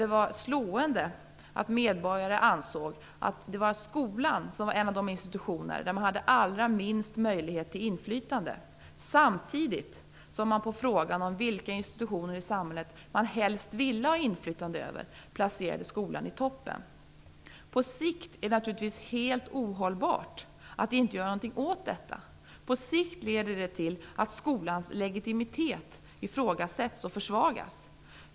Det var där slående att medborgare ansåg att det var skolan som var en av de institutioner där de hade allra minst möjlighet till inflytande samtidigt som de på frågan vilka institutioner i samhället som de helst ville ha inflytande över placerade skolan i toppen. På sikt är det naturligtvis helt ohållbart att man inte gör något åt detta. På sikt leder det till att skolans legitimitet ifrågasätts och försvagas.